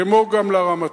כמו גם לרמטכ"ל,